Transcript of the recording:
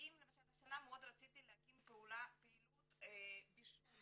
והשנה מאוד רציתי להקים פעילות בישול